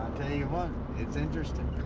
teii you what, it's interesting.